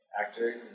actor